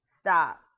Stop